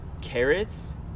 carrots